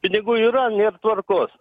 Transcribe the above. pinigų yra nės tvarkos